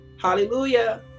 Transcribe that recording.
hallelujah